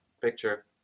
picture